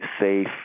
safe